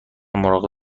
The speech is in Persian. مراقب